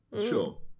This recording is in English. Sure